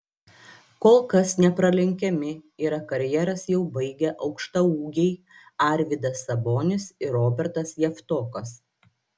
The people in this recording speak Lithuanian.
kol kas nepralenkiami yra karjeras jau baigę aukštaūgiai arvydas sabonis ir robertas javtokas